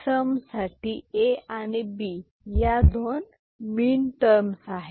सम साठी A आणि B या दोन मिनटर्मस आ आहेत